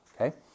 okay